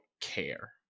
care